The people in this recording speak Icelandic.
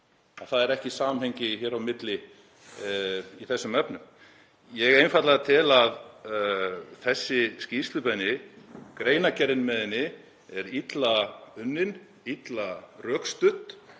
að það sé ekki samhengi hér á milli í þessum efnum. Ég tel einfaldlega að þessi skýrslubeiðni, greinargerðin með henni, sé illa unnin, illa rökstudd